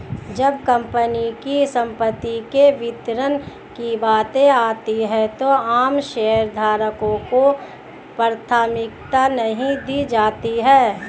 जब कंपनी की संपत्ति के वितरण की बात आती है तो आम शेयरधारकों को प्राथमिकता नहीं दी जाती है